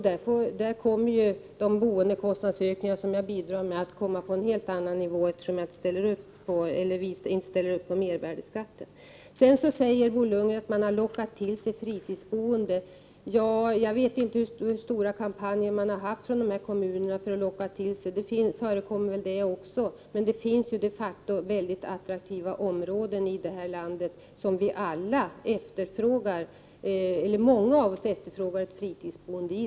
Där kommer de boendekostnadsökningar som vi bidrar med att hamna på en helt annan nivå, eftersom vi inte ställer upp på höjd Prot. 1988/89:124 mervärdeskatt. 30 maj 1989 Bo Lundgren säger att kommunerna har lockat till sig fritidsboende. Jag Vissa fastighetsvet inte hur stora kampanjer kommunerna har haft, men det förekommer Er or väl. Det finns de facto väldigt attraktiva områden i det här landet som många Mm San av oss efterfrågar en fritidsbostad i.